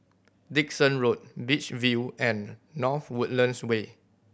Dickson Road Beach View and North Woodlands Way